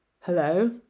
hello